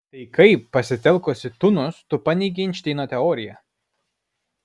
tai kaip pasitelkusi tunus tu paneigei einšteino teoriją